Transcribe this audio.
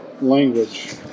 language